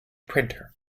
printer